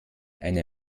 eine